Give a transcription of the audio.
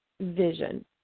vision